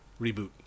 reboot